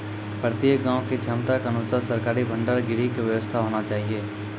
प्रत्येक गाँव के क्षमता अनुसार सरकारी भंडार गृह के व्यवस्था होना चाहिए?